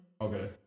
okay